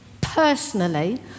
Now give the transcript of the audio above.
personally